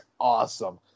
awesome